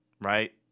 right